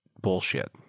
bullshit